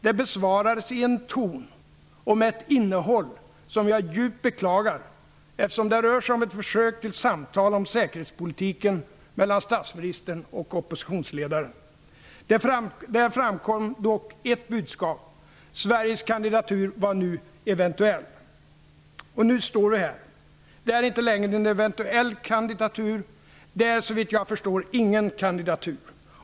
Det besvarades i en ton och med ett innehåll som jag djupt beklagar, eftersom det rör sig om ett försök till samtal om säkerhetspolitiken mellan statsministern och oppositionsledaren. Där framkom dock ett budskap: Sveriges kandidatur var nu eventuell. Och det är inte längre en eventuell kandidatur -- det är såvitt jag förstår ingen kandidatur.